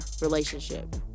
relationship